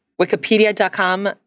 Wikipedia.com